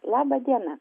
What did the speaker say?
laba diena